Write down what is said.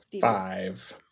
Five